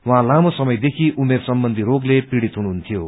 उहाँ लामो समयदेखि उमेर सम्बन्धी रोगले पीड़ित हुनुहुन्थ्यो